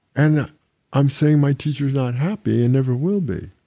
and i'm saying, my teacher is not happy and never will be.